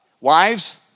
Wives